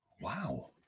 wow